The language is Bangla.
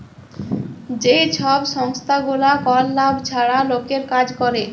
যে ছব সংস্থাগুলা কল লাভ ছাড়া লকের কাজ ক্যরে